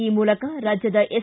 ಈ ಮೂಲಕ ರಾಜ್ಯದ ಎಸ್